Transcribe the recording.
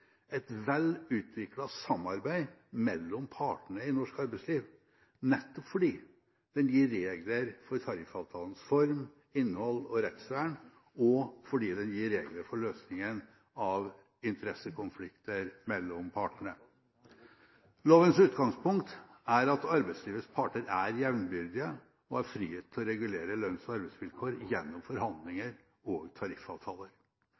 et vel utviklet samarbeid mellom partene i norsk arbeidsliv, nettopp fordi den gir regler for tariffavtalens form, innhold og rettsvern, og fordi den gir regler for løsningen av interessekonflikter mellom partene. Lovens utgangspunkt er at arbeidslivets parter er jevnbyrdige og har frihet til å regulere lønns- og arbeidsvilkår gjennom forhandlinger og tariffavtaler.